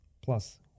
plus